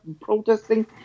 protesting